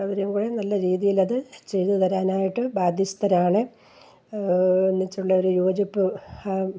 അവരും കൂടെ നല്ല രീതിയിലത് ചെയ്തുതരാനായിട്ട് ബാധ്യസ്ഥരാണ് ഒന്നിച്ചുള്ളൊരു യോജിപ്പ്